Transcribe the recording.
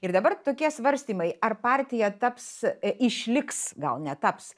ir dabar tokie svarstymai ar partija taps išliks gal netaps